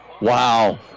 wow